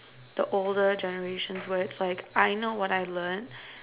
the older generations where it's like I know what I've learned